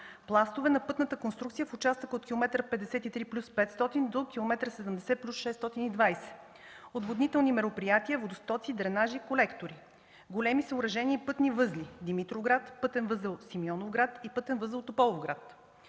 пластове на пътната конструкция в участъка от км 53+500 до км 70+620, отводнителни мероприятия, водостоци, дренажи, колектори, големи съоръжения – пътен възел „Димитровград”, пътен възел „Симеоновград” и пътен възел „Тополовград”.